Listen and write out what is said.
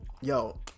Yo